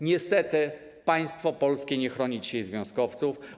Niestety państwo polskie nie chroni dzisiaj związkowców.